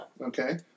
Okay